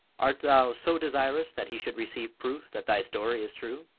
art thou so desirous that he should receive proof that thy story is true?